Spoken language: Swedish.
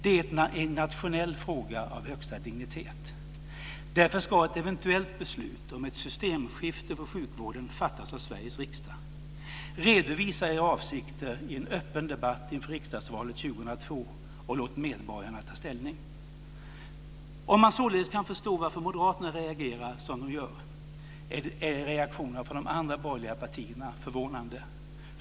Det är en nationell fråga av högsta dignitet. Därför ska ett eventuellt beslut om ett systemskifte i sjukvården fattas av Sveriges riksdag. Redovisa era avsikter i en öppen debatt inför riksdagsvalet 2002 och låt medborgarna ta ställning! Om man således kan förstå varför Moderaterna reagerar som de gör är reaktionerna från de andra borgerliga partierna förvånande.